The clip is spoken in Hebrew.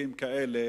שחוקים כאלה